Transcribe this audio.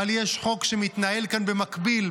אבל יש חוק שמתנהל כאן במקביל,